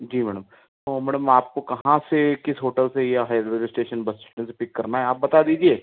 जी madam तो madam आपको कहाँ से किस होटल से या है रेलवे स्टेशन बस स्टेशन से पिक करना है आप बता दीजिए